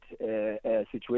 situation